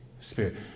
Spirit